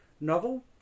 novel